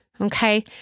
okay